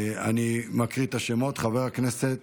אני מקריא את השמות: חבר הכנסת,